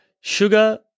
sugar